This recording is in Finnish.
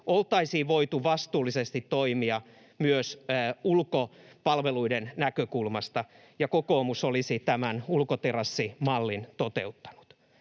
oltaisiin voitu vastuullisesti toimia myös ulkopalveluiden näkökulmasta, ja kokoomus olisi tämän ulkoterassimallin toteuttanut.